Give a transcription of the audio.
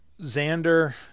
Xander